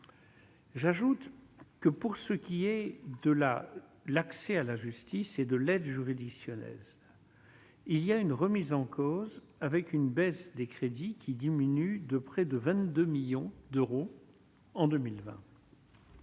J'ajoute que, pour ce qui est de la l'accès à la justice et de l'aide juridictionnelle, il y a une remise en cause avec une baisse des crédits qui diminue de près de 22 millions d'euros en 2020.